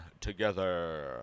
together